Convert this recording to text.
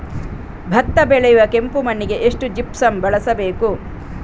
ಭತ್ತ ಬೆಳೆಯುವ ಕೆಂಪು ಮಣ್ಣಿಗೆ ಎಷ್ಟು ಜಿಪ್ಸಮ್ ಬಳಸಬೇಕು?